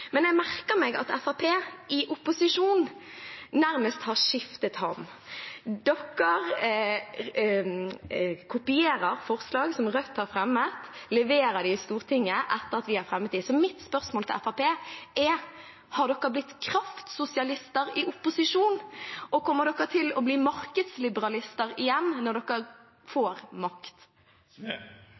Men jeg merker meg at Fremskrittspartiet i opposisjon nærmest har skiftet ham. De kopierer forslag som Rødt har fremmet, og leverer dem i Stortinget etter at vi har fremmet dem. Mitt spørsmål til Fremskrittspartiet er: Har de blitt kraftsosialister i opposisjon, og kommer Fremskrittspartiet til å bli markedsliberalister igjen når de får makt?